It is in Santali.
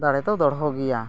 ᱫᱟᱲᱮ ᱫᱚ ᱫᱚᱲᱦᱚ ᱜᱮᱭᱟ